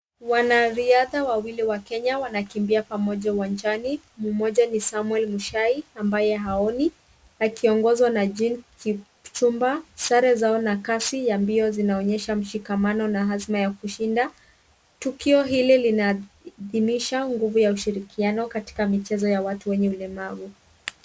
Wanariadha wawili wa Kenya wanakimbia pamoja uwanjani. Mmoja ni Samuel Mushai, ambaye haoni. Akiongozwa na Jean Kichumba, sare zao na kasi ya mbio zinaonyesha mshikamano na azma ya kushinda. Tukio hili linaidhimisha nguvu ya ushirikiano katika michezo ya watu wenye ulemavu.